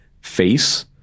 face